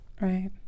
Right